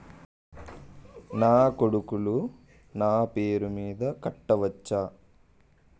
నా కొడుకులు నా పేరి మీద కట్ట వచ్చా?